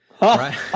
Right